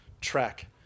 track